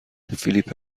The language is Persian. فیلیپ